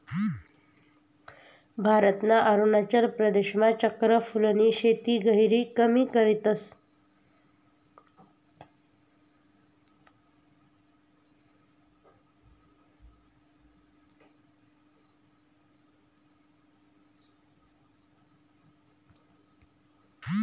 भारतना अरुणाचल प्रदेशमा चक्र फूलनी शेती गहिरी कमी करतस